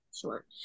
sure